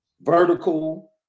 vertical